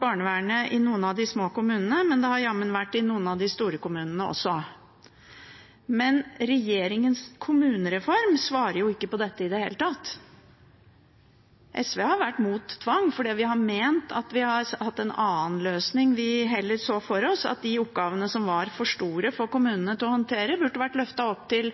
barnevernet i noen av de små kommunene, men det har jammen vært det i noen av de store kommunene også. Men regjeringens kommunereform svarer ikke på dette i det hele tatt. SV har vært mot tvang, for vi har heller sett for oss en annen løsning, at de oppgavene som var for store å håndtere for kommunene, burde vært løftet opp til